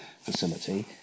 facility